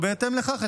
ובהתאם לכך,